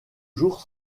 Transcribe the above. jours